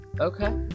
okay